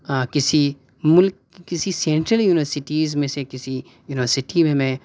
کسی ملک کسی سینٹرل یونیورسٹیز میں سے کسی یونیورسٹی میں میں